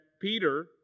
Peter